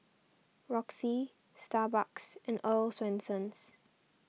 Roxy Starbucks and Earl's Swensens